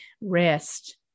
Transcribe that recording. rest